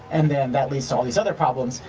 and and that leads to all these other problems,